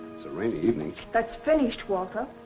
it's a rainy evening. that's finished, walter.